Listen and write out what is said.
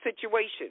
situation